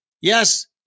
Yes